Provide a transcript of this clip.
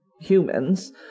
humans